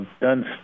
done